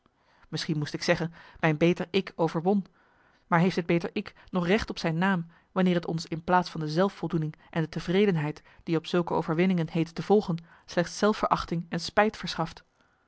misschien moest ik zeggen mijn beter ik overwon maar heeft dit beter ik nog recht op zijn naam wanneer het ons in plaats van de zelfvoldoening en de tevredenheid die op zulke overwinningen heeten te volgen slechts zelfverachting en spijt verschaft